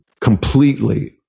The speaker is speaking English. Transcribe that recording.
completely